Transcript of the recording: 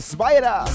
Spider